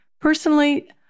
Personally